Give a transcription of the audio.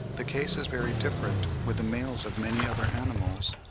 the case is very different with the males of many other animals.